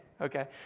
okay